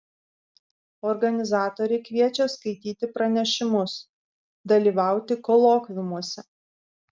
organizatoriai kviečia skaityti pranešimus dalyvauti kolokviumuose